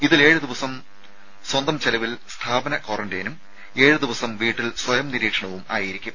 ഇതിൽ ഏഴ് ദിവസം സ്വന്തം ചെലവിൽ സ്ഥാപന ക്വാറന്റൈനും ഏഴ് ദിവസം വീട്ടിൽ സ്വയം നിരീക്ഷണവും ആയിരിക്കും